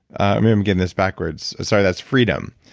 i'm um getting this backwards. sorry, that's freedom.